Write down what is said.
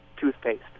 Toothpaste